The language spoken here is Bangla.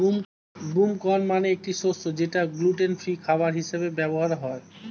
বুম কর্ন মানে একটি শস্য যেটা গ্লুটেন ফ্রি খাবার হিসেবে ব্যবহার হয়